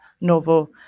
Novo